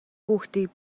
хүүхдийг